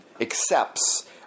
accepts